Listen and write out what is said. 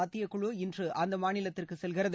மத்தியக்குழு இன்று அந்த மாநிலத்திற்கு செல்கிறது